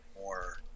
more